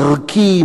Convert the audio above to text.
ערכי,